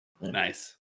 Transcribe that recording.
Nice